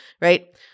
right